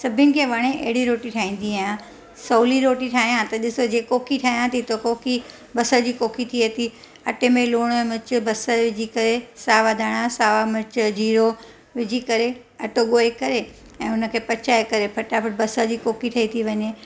सभिनि खे वणे अहिड़ी रोटी ठाहींदी आहियां सवली रोटी ठाहियां त ॾिसो जे कोकी ठाहियां थी त कोकी बसर जी कोकी थिए थी अटे में लूणु मिर्चु बसरु विझी करे सावा धाणा सावा मिर्च जीरो विझी करे अटो ॻोहे करे ऐं उनखे पचाए करे फटाफट बसर जी कोकी ठही थी वञे